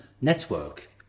network